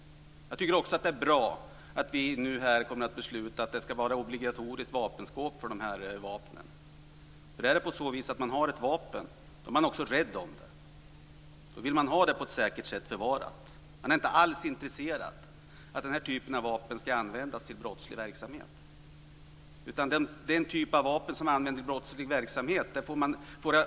Jag tycker också att det är bra att vi nu här kommer att besluta om obligatoriskt vapenskåp för dessa vapen. Har man ett vapen är man också rädd om det. Då vill man förvara det på ett säkert sätt. Man är inte alls intresserad av att denna typ av vapen ska användas till brottslig verksamhet.